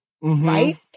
right